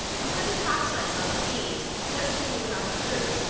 you cut a top slice off the cheese, just as you would off the fruit,